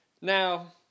Now